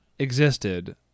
existed